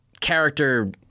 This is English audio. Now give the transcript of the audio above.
character